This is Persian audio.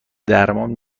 درمان